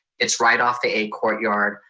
it's right off the a courtyard,